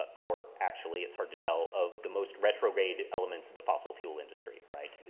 or actually it's hard to tell of the most retrograde elements of the fossil fuel industry, right?